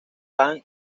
jam